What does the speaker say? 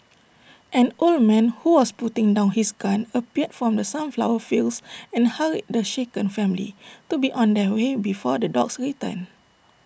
an old man who was putting down his gun appeared from the sunflower fields and hurried the shaken family to be on their way before the dogs return